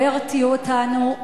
לא ירתיעו אותנו.